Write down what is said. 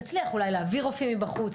תצליח אולי להביא רופאים מבחוץ,